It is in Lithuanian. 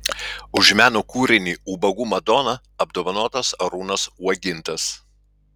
už meno kūrinį ubagų madona apdovanotas arūnas uogintas